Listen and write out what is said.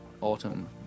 autumn